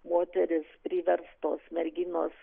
moterys priverstos merginos